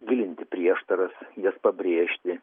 gilinti prieštaras jas pabrėžti